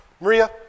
Maria